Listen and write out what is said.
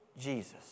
Jesus